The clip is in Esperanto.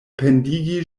pendigi